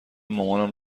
مامانم